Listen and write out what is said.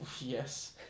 Yes